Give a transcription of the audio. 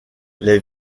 les